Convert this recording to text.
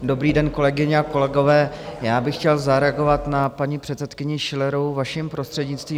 Dobrý den, kolegyně a kolegové, já bych chtěl zareagovat na paní předsedkyni Schillerovou, vaším prostřednictvím.